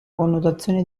connotazione